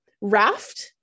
raft